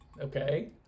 Okay